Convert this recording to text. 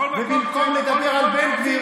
ובמקום לדבר על בן גביר,